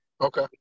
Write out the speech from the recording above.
Okay